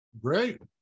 great